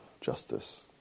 justice